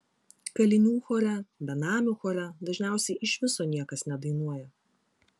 kalinių chore benamių chore dažniausiai iš viso niekas nedainuoja